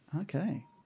Okay